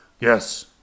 Yes